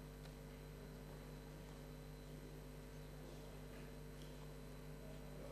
כמה